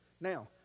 Now